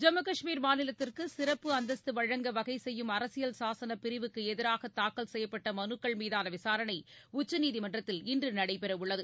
ஜம்மு கஷ்மீர் மாநிலத்திற்கு சிறப்பு அந்தஸ்து வழங்க வகை செய்யும் அரசியல் சாசன பிரிவுக்கு எதிராக தாக்கல் செய்யப்பட்ட மனுக்கள் மீதான விசாரணை உச்சநீதிமன்றத்தில் இன்று நடைபெறவுள்ளது